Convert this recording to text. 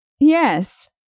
Yes